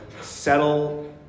Settle